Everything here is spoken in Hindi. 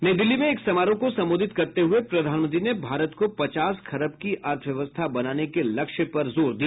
नई दिल्ली में एक समारोह को संबोधित करते हुए प्रधानमंत्री ने भारत को पचास खरब की अर्थव्यवस्था बनाने के लक्ष्य पर जोर दिया